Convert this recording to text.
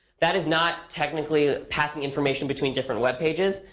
that is not technically passing information between different web pages.